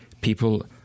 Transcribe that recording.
people